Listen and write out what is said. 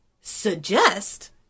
suggest